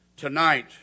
Tonight